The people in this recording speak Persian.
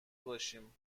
باشیم